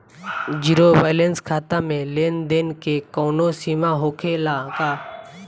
Zero balance खाता में लेन देन के कवनो सीमा होखे ला का?